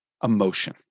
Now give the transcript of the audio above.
emotion